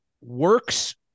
works